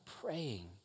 praying